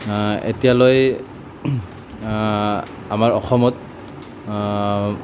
এতিয়ালৈ আমাৰ অসমত